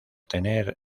tener